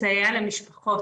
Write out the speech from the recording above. לסייע למשפחות.